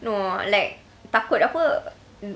no like takut apa